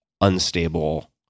unstable